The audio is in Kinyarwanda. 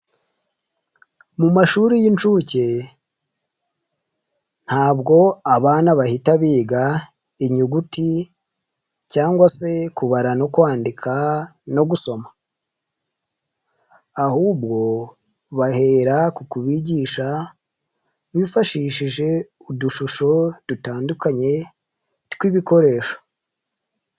Mu mashuri y'inshuke, ntabwo abana bahita biga inyuguti cyangwa se kubara no kwandika, no gusoma, ahubwo bahera kukubigisha bifashishije udushusho dutandukanye, tw'ibikoresho.